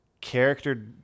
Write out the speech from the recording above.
character